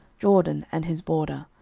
jordan and his border,